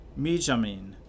Mijamin